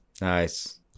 Nice